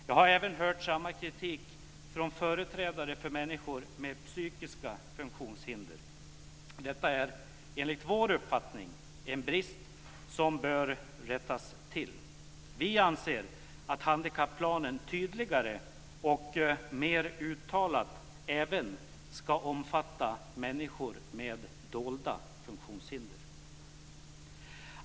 Jag har även hört samma kritik från företrädare för människor med psykiska funktionshinder. Detta är, enligt vår uppfattning, en brist som bör rättas till. Vi anser att handikapplanen tydligare och mer uttalat även ska omfatta människor med dolda funktionshinder.